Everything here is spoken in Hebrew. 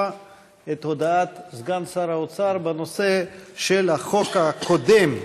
את הודעת סגן שר האוצר בנושא של החוק הקודם,